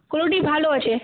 quality ভালো আছে